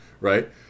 right